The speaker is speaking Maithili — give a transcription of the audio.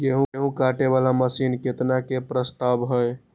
गेहूँ काटे वाला मशीन केतना के प्रस्ताव हय?